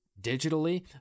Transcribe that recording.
digitally